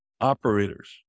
operators